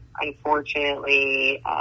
unfortunately